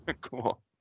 Cool